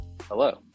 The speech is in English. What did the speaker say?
Hello